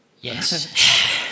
Yes